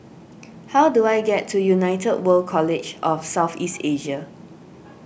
how do I get to United World College of South East Asia